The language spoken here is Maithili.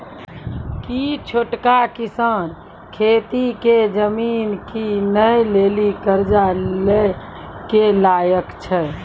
कि छोटका किसान खेती के जमीन किनै लेली कर्जा लै के लायक छै?